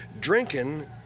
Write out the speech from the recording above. drinking